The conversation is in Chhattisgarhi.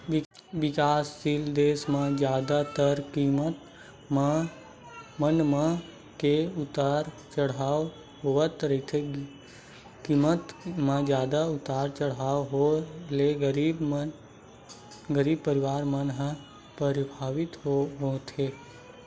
बिकाससील देस म जादातर कीमत मन म के उतार चड़हाव होवत रहिथे कीमत म जादा उतार चड़हाव होय ले गरीब परवार मन ह परभावित होथे